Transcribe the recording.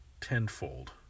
tenfold